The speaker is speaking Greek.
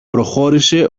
προχώρησε